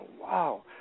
wow